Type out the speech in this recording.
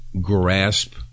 grasp